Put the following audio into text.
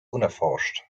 unerforscht